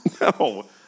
No